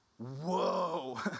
Whoa